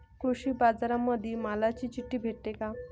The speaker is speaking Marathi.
कृषीबाजारामंदी मालाची चिट्ठी भेटते काय?